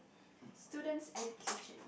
student's education